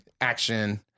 action